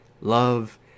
love